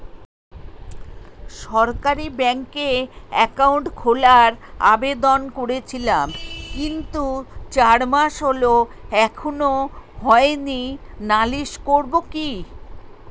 সরকারি ব্যাংকে একাউন্ট খোলার আবেদন করেছিলাম কিন্তু চার মাস হল এখনো হয়নি নালিশ করব কি?